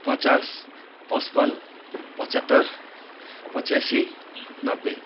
पचास पच्पन्न पचहत्तर पच्यासी नब्बे